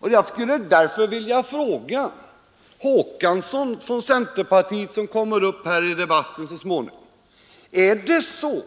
Jag skulle därför vilja fråga herr Håkansson från centerpartiet som kommer upp här i debatten så småningom: Är det så